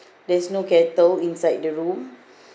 there's no kettle inside the room